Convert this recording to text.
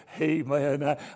amen